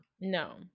No